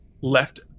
left